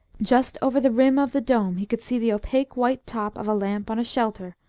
just over the rim of the dome he could see the opaque white top of a lamp on a shelter,